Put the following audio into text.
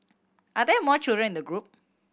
are there more children in the group